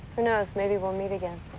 who knows? maybe we'll meet again.